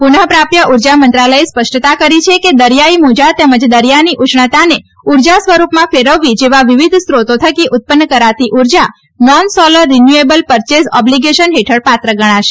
પુનઃ પ્રાપ્ય ઉર્જા મંત્રાલયે સ્પષ્ટતા કરી છે કે દરીયાઈ મોજા તેમજ દરીયાની ઉષ્ણતાને ઉર્જા સ્વરૂપમાં કેરવવી જેવા વિવિધ સ્રોતો થકી ઉત્પન્ન કરાતી ઉર્જા non solar renewable purchase obligation હેઠળ પાત્ર ગણાશે